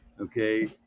Okay